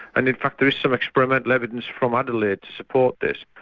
and in fact there is some experimental evidence from adelaide to support this,